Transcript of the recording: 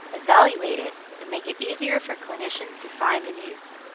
evaluate it, and make it easier for clinicians to find and use.